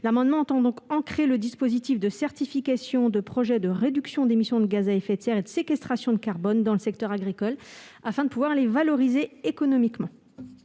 L'amendement tend donc à ancrer le dispositif de certification de projets de réduction d'émissions de gaz à effet de serre et de séquestration de carbone dans le secteur agricole afin de pouvoir valoriser économiquement